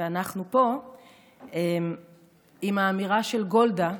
ואנחנו פה עם האמירה של גולדה,